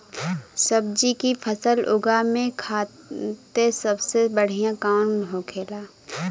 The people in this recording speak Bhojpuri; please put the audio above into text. सब्जी की फसल उगा में खाते सबसे बढ़ियां कौन होखेला?